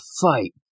fight